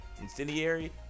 incendiary